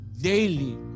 daily